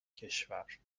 کشور